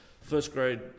first-grade